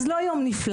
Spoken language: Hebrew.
אז לא "יום נפלא".